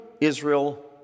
Israel